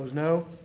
no.